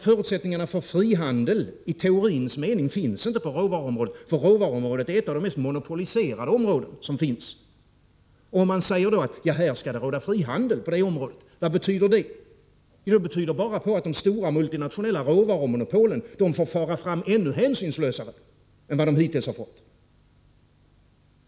Förutsättningarna för frihandel i teorins mening finns inte på råvaruområdet, för det är ett av de mest monopoliserade områden som finns. Om vi säger att det skall råda frihandel på det området — vad betyder det? Jo, det betyder bara att de stora, multinationella råvarumonopolen får fara fram ännu mer hänsynslöst än vad de hittills har fått.